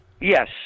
Yes